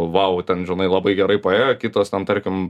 vau ten žinai labai gerai paėjo kitas ten tarkim